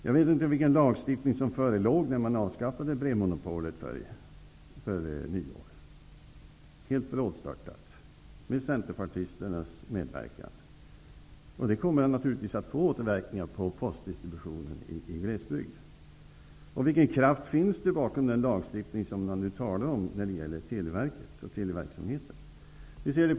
Jag vet inte vilken lagstiftning som förelåg när man helt brådstörtat före nyår med centerpartisternas medverkan avskaffade brevmonopolet. Det kommer naturligtvis att få återverkningar på postdistributionen i glesbygd. Vilken kraft finns det bakom den lagstiftning man nu talar om när det gället Televerket och televerksamheten?